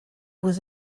was